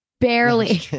barely